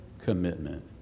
commitment